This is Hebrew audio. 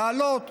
להעלות.